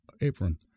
apron